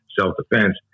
self-defense